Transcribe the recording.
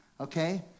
okay